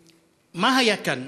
ומה היה כאן?